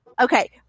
Okay